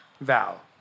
Val